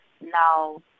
now